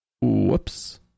Whoops